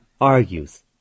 argues